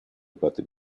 about